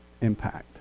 impact